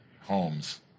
homes